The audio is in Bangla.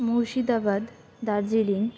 মুর্শিদাবাদ দার্জিলিং